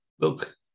Look